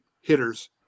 hitters